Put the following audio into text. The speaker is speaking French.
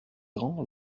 grand